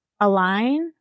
align